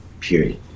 period